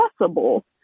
accessible